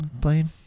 playing